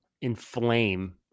inflame